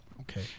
Okay